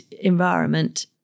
environment